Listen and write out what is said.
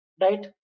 right